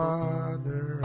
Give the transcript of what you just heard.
father